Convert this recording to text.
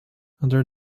under